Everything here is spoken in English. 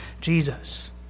Jesus